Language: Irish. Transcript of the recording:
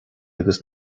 agus